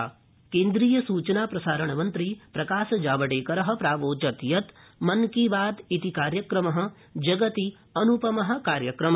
जावडेकर केन्द्रीयसूचनाप्रसारणमन्त्री प्रकाशजावड़ेकर प्रावोचत् यत् मन की बात इति कार्यक्रम जगति अनुपम कार्यक्रम